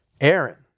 Aaron